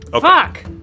Fuck